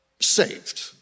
saved